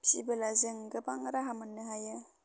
फिसिबोला जों गोबां राहा मोननो हायो